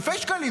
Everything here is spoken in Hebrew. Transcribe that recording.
אלפי שקלים.